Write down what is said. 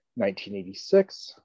1986